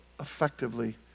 effectively